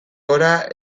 gora